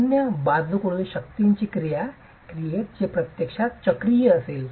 अन्य बाजूकडील शक्तीची क्रिया क्रियेत जे प्रत्यक्षात चक्रीय असेल